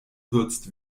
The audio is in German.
würzt